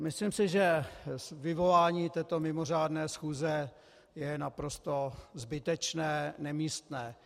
Myslím si, že vyvolání této mimořádné schůze je naprosto zbytečné, nemístné.